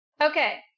Okay